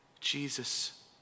Jesus